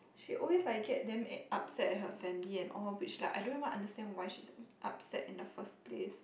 she always like get damn upset at her family and all which like I don't even understand why is she upset in the first place